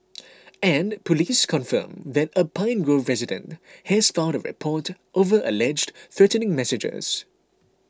and police confirmed that a Pine Grove resident has filed a report over alleged threatening messages